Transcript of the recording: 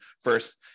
first